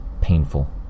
painful